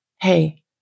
hey